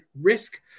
risk